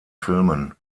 filmen